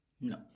No